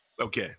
Okay